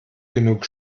genug